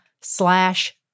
slash